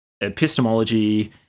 Epistemology